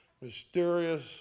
mysterious